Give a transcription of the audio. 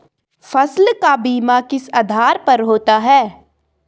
फसल का बीमा किस आधार पर होता है?